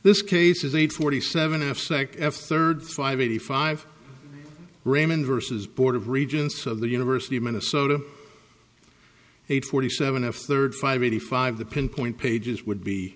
this case is eight forty seven f sec f thirty five eighty five raymond versus board of regents of the university of minnesota eight forty seven f thirty five eighty five the pinpoint pages would be